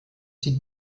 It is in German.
sie